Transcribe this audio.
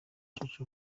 church